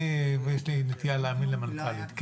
אני יש לי נטייה להאמין למנכ"לית.